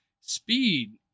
speed